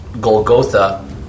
Golgotha